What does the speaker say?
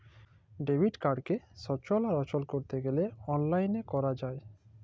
debit কাড়কে সচল আর অচল ক্যরতে গ্যালে অললাইল ক্যরা যায়